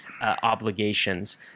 obligations